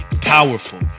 powerful